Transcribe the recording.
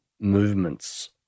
movements